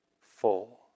full